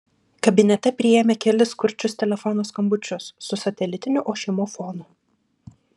kabinete priėmė kelis kurčius telefono skambučius su satelitinio ošimo fonu